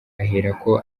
aherako